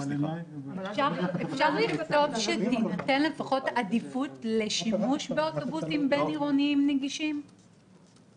אפשר לכתוב שלפחות תינתן עדיפות לשימוש באוטובוסים בין עירוניים נגישים